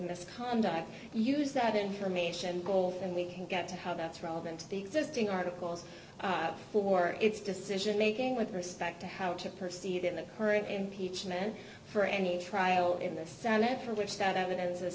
misconduct use that information call and we can get to how that's relevant to the existing articles for its decision making with respect to how to proceed in the current impeachment for any trial in this matter which that evidence